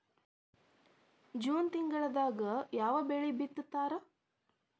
June ತಿಂಗಳದಾಗ ಯಾವ ಬೆಳಿ ಬಿತ್ತತಾರ?